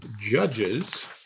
Judges